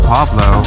Pablo